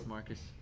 Marcus